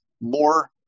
more